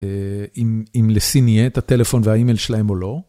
אם לסין יהיה את הטלפון והאימייל שלהם או לא.